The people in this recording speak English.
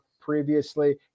Previously